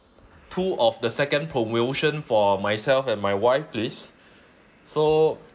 two of the second promotion for myself and my wife please so